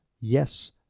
Yes